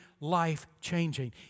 life-changing